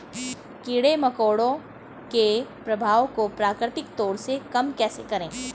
कीड़े मकोड़ों के प्रभाव को प्राकृतिक तौर पर कम कैसे करें?